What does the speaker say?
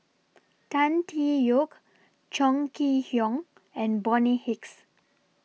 Tan Tee Yoke Chong Kee Hiong and Bonny Hicks